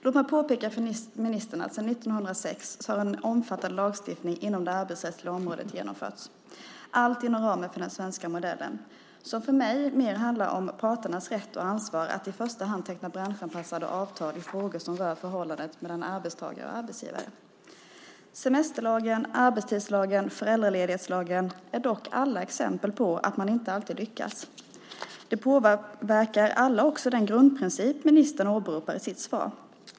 Låt mig påpeka för ministern att sedan 1906 har en omfattande lagstiftning inom det arbetsrättsliga området genomförts, allt inom ramen för den svenska modellen, som för mig mer handlar om parternas rätt och ansvar att i första hand teckna branschanpassade avtal i frågor som rör förhållandet mellan arbetstagare och arbetsgivare. Semesterlagen, arbetstidslagen och föräldraledighetslagen är dock alla exempel på att man inte alltid lyckas. Det påverkar alla, också den grundprincip ministern åberopar i sitt svar.